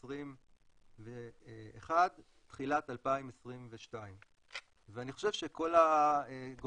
2021 תחילת 2022. אני חושב שכל הגורמים